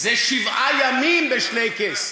זה שבעה ימים בשלייקעס,